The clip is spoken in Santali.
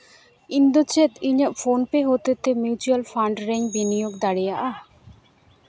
ᱤᱧᱫᱚ ᱪᱮᱫ ᱤᱧᱟᱹᱜ ᱯᱷᱳᱱᱯᱮ ᱦᱚᱛᱮᱡ ᱛᱮ ᱢᱤᱪᱩᱭᱮᱞ ᱯᱷᱟᱱᱰ ᱨᱮᱧ ᱵᱤᱱᱤᱭᱳᱜᱽ ᱫᱟᱲᱮᱭᱟᱜᱼᱟ